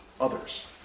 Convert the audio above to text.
others